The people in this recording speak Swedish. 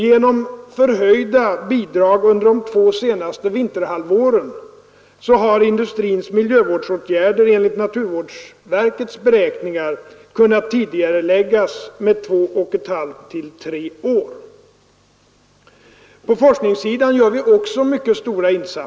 Genom förhöjda bidrag under de två senaste vinterhalvåren har industrins miljövårdsåtgärder enligt naturvårdsverkets beräkningar kunnat tidigareläggas med två och ett halvt till tre år. På forskningssidan gör vi också mycket stora insatser.